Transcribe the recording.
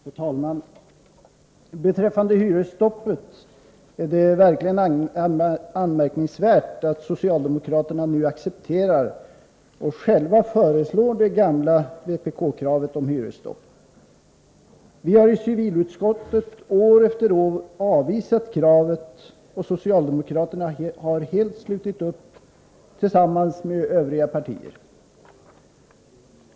Herr talman! När det gäller frågan om hyresstopp är det verkligen anmärkningsvärt att socialdemokraterna nu accepterar och själva för fram det gamla vpk-kravet om hyresstopp. Vi har i civilutskottet år efter år avvisat kravet, och socialdemokraterna har helt slutit upp tillsammans med övriga partier.